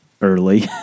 early